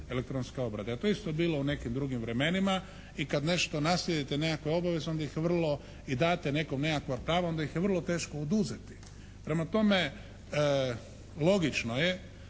elektronske obrade. A to je isto bilo u nekim drugim vremenima. I kad nešto naslijedite, nekakve obaveze onda ih vrlo, i date nekom nekakva prava onda ih je vrlo teško oduzeti. Prema tome logično je